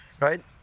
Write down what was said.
Right